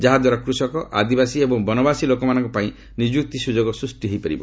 ଯାହାଦ୍ୱାରା କୃଷକ ଆଦିବାସୀ ଏବଂ ବନବାସୀ ଲୋକମାନଙ୍କ ପାଇଁ ନିଯୁକ୍ତି ସୁଯୋଗ ସୃଷ୍ଟି କରିବ